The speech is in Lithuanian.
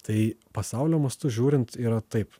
tai pasaulio mastu žiūrint yra taip